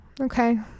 Okay